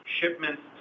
Shipments